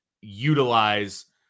utilize